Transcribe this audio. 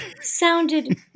sounded